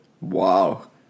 Wow